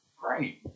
Great